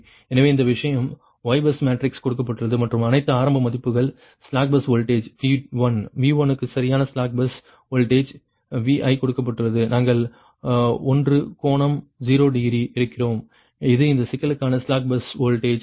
எனவே இந்த விஷயம் Y பஸ் மேட்ரிக்ஸ் கொடுக்கப்பட்டுள்ளது மற்றும் அனைத்து ஆரம்ப மதிப்புகள் slack bus voltage V1 V1 க்கு சரியான ஸ்லாக் பஸ் வோல்டேஜ் V1 கொடுக்கப்பட்டுள்ளது நாங்கள் 1 கோணம் 0 டிகிரி எடுக்கிறோம் இது இந்த சிக்கலுக்கான ஸ்லாக் பஸ் வோல்டேஜ் ஆகும்